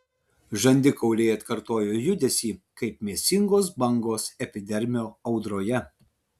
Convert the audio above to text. žandikauliai atkartojo judesį kaip mėsingos bangos epidermio audroje